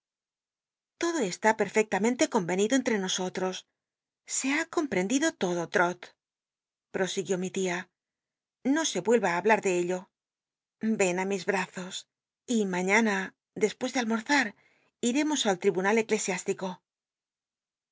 l'odo está perfectamente comenido enll c nosotros se ha comprendido todo trot pro iguió mi tia no se ueha i hablar de ello en i mis brazos y mañana despues de almorzar itemos al ttibunal